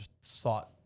sought